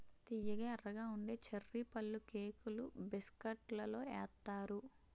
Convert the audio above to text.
తియ్యగా ఎర్రగా ఉండే చర్రీ పళ్ళుకేకులు బిస్కట్లలో ఏత్తారు